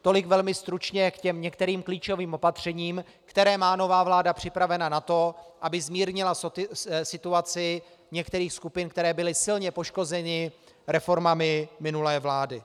Tolik velmi stručně k některým klíčovým opatřením, která má nová vláda připravena na to, aby zmírnila situaci některých skupin, které byly silně poškozeny reformami minulé vlády.